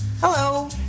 Hello